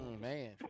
man